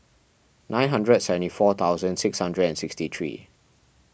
nine hundred and seventy four thousand six hundred and sixty three